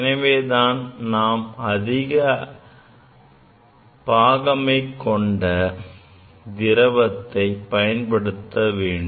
எனவே நாம் அதிக பாகமை கொண்ட திரவத்தை பயன்படுத்த வேண்டும்